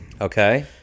Okay